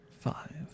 Five